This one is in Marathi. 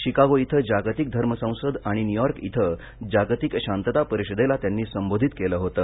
शिकागो इथ जागतिक धर्म संसद आणि न्यूयॉर्क इथ जागतिक शातता परिषदेला त्यानी संबोधित केल होतं